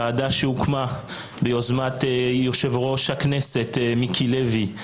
הוועדה הוקמה ביוזמת יושב ראש הכנסת מיקי לוי,